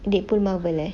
deadpool Marvel lah